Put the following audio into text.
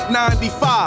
95